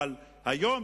אבל היום,